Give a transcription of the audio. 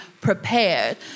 prepared